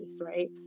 right